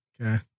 Okay